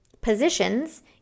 positions